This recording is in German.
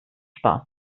spaß